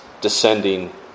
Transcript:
descending